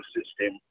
System